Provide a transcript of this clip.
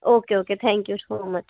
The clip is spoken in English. okay okay thank you so much